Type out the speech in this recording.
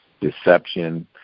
deception